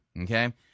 Okay